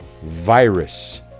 virus